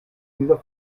dieser